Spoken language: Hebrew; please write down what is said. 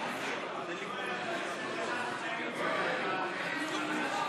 ישראל ביתנו לסעיף 1 לא נתקבלה.